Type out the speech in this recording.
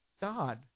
God